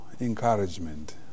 encouragement